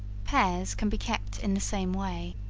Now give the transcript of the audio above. pears can be kept in the same way.